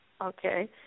Okay